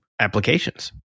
applications